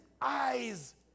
eyes